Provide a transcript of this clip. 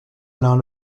alain